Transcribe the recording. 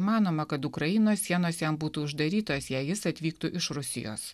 įmanoma kad ukrainos sienos jam būtų uždarytos jei jis atvyktų iš rusijos